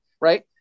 right